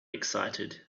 excited